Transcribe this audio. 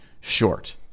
short